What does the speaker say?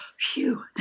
Phew